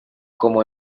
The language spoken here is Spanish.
como